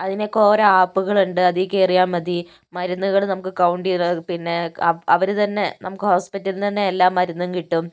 അതിനൊക്കെ ഓരോ ആപ്പുകളുണ്ട് അതിൽ കയറിയാൽ മതി മരുന്നുകള് നമുക്ക് കൗണ്ട് പിന്നെ അവര് തന്നെ നമുക്ക് ഹോസ്പിറ്റലില് നിന്ന് തന്നെ എല്ലാ മരുന്നും കിട്ടും